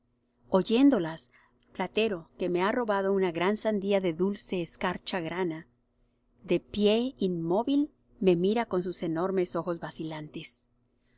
oyéndolas platero que me ha robado una gran sandía de dulce escarcha grana de pie inmóvil me mira con sus enormes ojos vacilantes